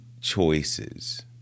choices